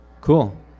Cool